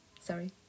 sorry